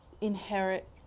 inherit